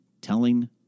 telling